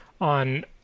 on